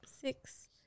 six